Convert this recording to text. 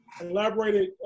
elaborated